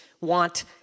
want